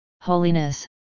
holiness